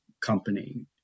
company